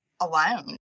alone